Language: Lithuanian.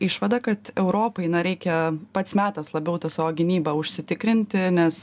išvada kad europai na reikia pats metas labiau tą savo gynybą užsitikrinti nes